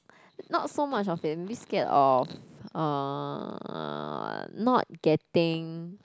not so much of failure maybe scared of uh not getting